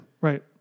Right